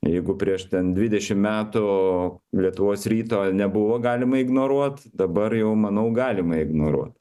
jeigu prieš ten dvidešim metų lietuvos ryto nebuvo galima ignoruot dabar jau manau galima ignoruot